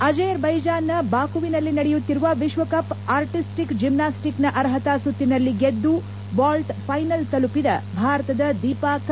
ಅಜೇರ್ ಬೈಜಾನ್ನ ಬಾಕುವಿನಲ್ಲಿ ನಡೆಯುತ್ತಿರುವ ವಿಶ್ವಕಪ್ ಆರ್ಟಿಸ್ಟಿಕ್ ಜಿಮ್ನಾಸ್ಟಿಕ್ನ ಶಿ ಅರ್ಹತಾ ಸುತ್ತಿನಲ್ಲಿ ಗೆದ್ದು ವಾಲ್ಟ್ ಫೈನಲ್ ತಲುಪಿದ ಭಾರತದ ದೀಪಾ ಕರ್ಮಾಕರ್